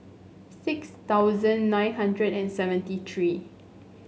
six thousand nine hundred and seventy three